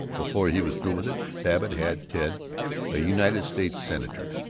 before he was through with it, babbitt had ted a united states senator.